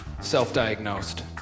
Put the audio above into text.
self-diagnosed